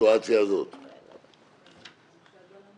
התשלום אז המשמעות היא שלמרות שהמוטב לא יקבל-